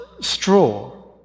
straw